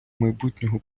майбутнього